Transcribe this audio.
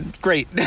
Great